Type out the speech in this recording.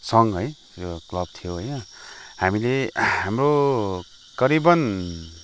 सङ्घ है क्लब थियो होइन हामीले हाम्रो करिबन